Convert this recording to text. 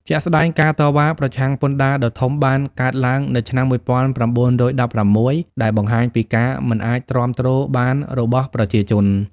ជាក់ស្ដែង ការតវ៉ាប្រឆាំងពន្ធដារដ៏ធំបានកើតឡើងនៅឆ្នាំ១៩១៦ ដែលបង្ហាញពីការមិនអាចទ្រាំទ្របានរបស់ប្រជាជន។